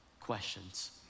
questions